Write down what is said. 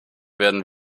werden